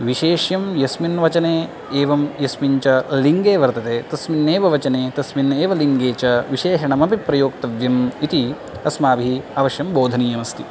विशेष्यं यस्मिन् वचने एवं यस्मिन् च लिङ्गे वर्तते तस्मिन्नेव वचने तस्मिन्नेव लिङ्गे च विशेषणमपि प्रयोक्तव्यम् इति अस्माभिः अवश्यं बोधनीयम् अस्ति